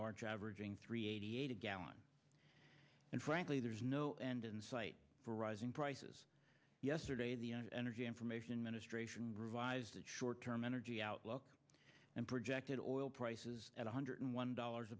march averaging three eighty eight a gallon and frankly there is no end in sight for rising prices yesterday the energy information administration revised its short term energy outlook and projected oil prices at one hundred one dollars